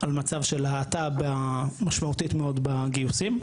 מצב של האטה משמעותית מאוד בגיוסים.